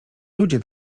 ludzie